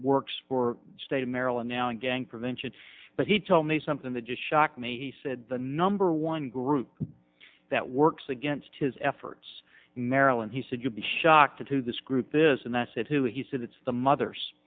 works for state of maryland now a gang prevention but he told me something that shocked me he said the number one group that works against his efforts in maryland he said you'd be shocked into this group this and that's it who he said it's the mothers